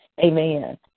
Amen